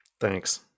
Thanks